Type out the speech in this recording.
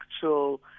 actual